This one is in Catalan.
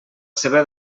seva